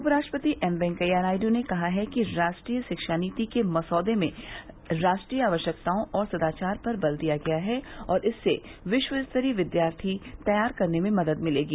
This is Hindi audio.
उपराष्ट्रपति एम वेंकैया नायडू ने कहा है कि राष्ट्रीय शिक्षा नीति के मसौदे में राष्ट्रीय आवश्यकताओं और सदाचार पर बल दिया गया है और इससे विश्व स्तरीय विद्यार्थी तैयार करने में मदद मिलेगी